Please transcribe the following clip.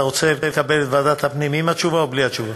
אתה רוצה לקבל את ועדת הפנים עם התשובה או בלי התשובה?